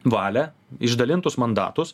valią išdalintus mandatus